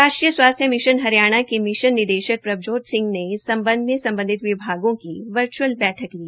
राष्ट्रीय स्वास्स्थ्य मिशन हरियाणा के मिशन प्रभजोत सिह ने इस सम्बध में सम्बधित विभागों की वर्चुअल बैठक ली